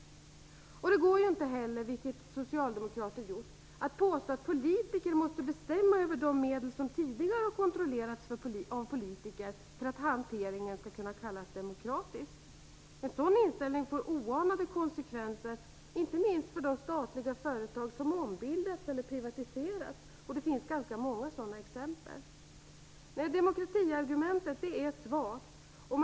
Det går inte heller, vilket socialdemokrater gjort, att påstå att politiker måste bestämma över de medel som tidigare har kontrollerats av politiker för att hanteringen skall kunna kallas demokratisk. En sådan inställning får oanade konsekvenser inte minst för de statliga företag som ombildats eller privatiserats, och det finns ganska många sådana exempel. Demokratiargumentet är svagt.